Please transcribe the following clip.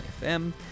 FM